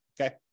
okay